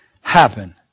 happen